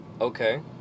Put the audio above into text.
Okay